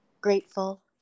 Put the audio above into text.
Grateful